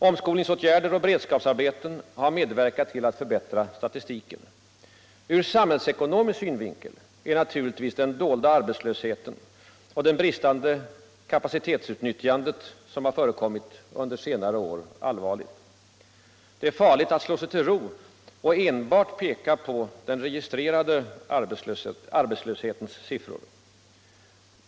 Omskolningsåtgärder och beredskapsarbeten har medverkat till att förbättra statistiken. Ur samhällsekonomisk synvinkel är naturligtvis den dolda arbetslöshet och det bristande kapacitetsutnyttjande som förekommit under dessa senare år allvarliga. Det är farligt att slå sig till ro och enbart peka på siffrorna för den registrerade arbetslösheten.